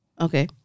Okay